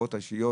ההטבות האישיות